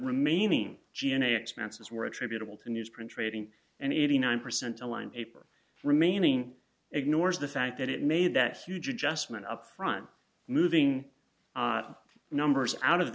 remaining janay expenses were attributable to newsprint trading and eighty nine percent aligned paper remaining ignores the fact that it made that huge adjustment up front moving numbers out of